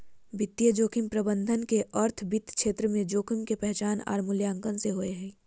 वित्तीय जोखिम प्रबंधन के अर्थ वित्त क्षेत्र में जोखिम के पहचान आर मूल्यांकन से हय